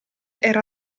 era